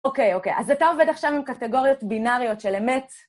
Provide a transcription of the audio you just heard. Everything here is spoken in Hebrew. אוקיי, אוקיי. אז אתה עובד עכשיו עם קטגוריות בינאריות של אמת.